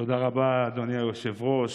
תודה רבה, אדוני היושב-ראש.